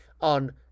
on